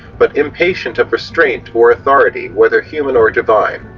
but impatient of restraint or authority whether human or divine.